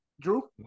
Drew